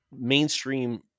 mainstream